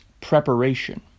preparation